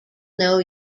know